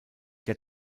der